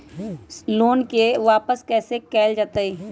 Loan के वापस कैसे कैल जतय?